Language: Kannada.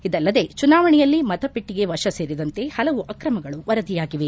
ಇದಲ್ಲದೆ ಚುನಾವಣೆಯಲ್ಲಿ ಮತಪೆಟ್ಟಗೆ ವಶ ಸೇರಿದಂತೆ ಹಲವು ಅಕ್ರಮಗಳು ವರದಿಯಾಗಿವೆ